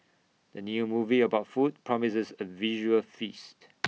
the new movie about food promises A visual feast